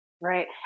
Right